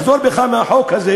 לחזור בך מהחוק הזה.